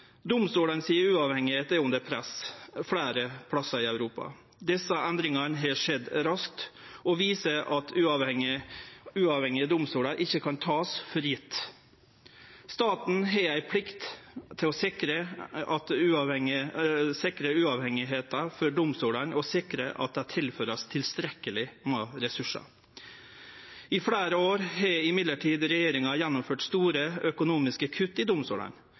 Domstolane si uavhengigheit er under press fleire plassar i Europa. Desse endringane har skjedd raskt og viser at ein ikkje kan ta uavhengige domstolar for gitt. Staten har ei plikt til å sikre at domstolane er uavhengige, og sikre at dei vert tilført tilstrekkeleg med ressursar. Men i fleire år har regjeringa gjennomført store økonomiske kutt i domstolane.